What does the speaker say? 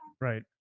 Right